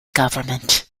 government